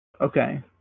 Okay